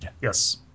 Yes